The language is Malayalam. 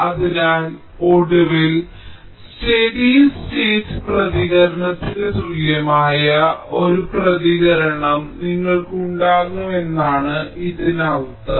അതിനാൽ ഒടുവിൽ സ്റ്റെഡി സ്റ്റേറ്റ് പ്രതികരണത്തിന് തുല്യമായ ഒരു പ്രതികരണം നിങ്ങൾക്ക് ഉണ്ടാകുമെന്നാണ് ഇതിനർത്ഥം